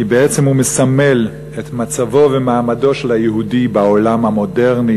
כי בעצם הוא מסמל את מצבו ומעמדו של היהודי בעולם המודרני,